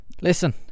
listen